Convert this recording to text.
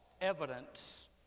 evidence